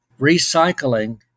recycling